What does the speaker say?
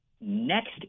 next